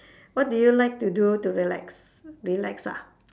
what do you like to do to relax relax ah